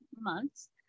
months